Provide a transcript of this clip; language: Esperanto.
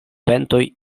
ventoj